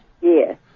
Yes